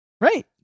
Right